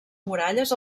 muralles